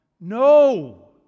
No